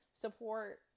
support